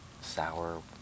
Sour